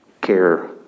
care